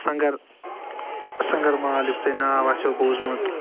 singer سنگر مال یُس تۄہہِ ناو آسٮ۪و بوٗزمُت